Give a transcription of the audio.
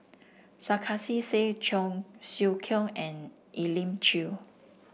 Sarkasi Said Cheong Siew Keong and Elim Chew